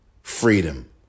freedom